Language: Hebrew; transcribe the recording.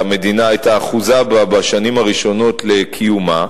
שהמדינה היתה אחוזה בה בשנים הראשונות לקיומה.